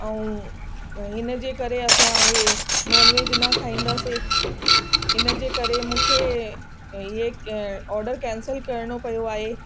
ऐं हिन जे करे असां इहे नॉनवेज न खाईंदासीं हिन जे करे मूंखे इहा ऑडर कैंसिल करिणो पयो आहे